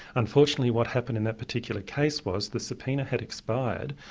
unfortunately what happened in that particular case was, the subpoena had expired,